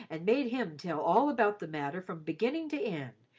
and made him tell all about the matter from beginning to end,